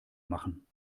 machen